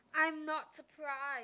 I'm not surprise